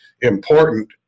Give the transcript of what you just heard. important